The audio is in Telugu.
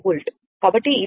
కాబట్టి ఇది ఇప్పుడు Vm